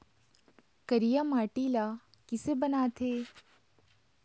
करिया माटी ला किसे बनाथे?